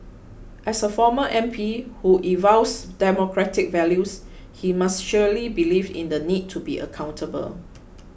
as a former M P who espoused democratic values he must surely believe in the need to be accountable